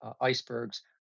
icebergs